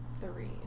three